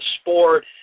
sport